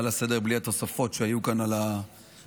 לסדר-היום בלי התוספות שהיו כאן על הבמה.